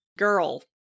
girl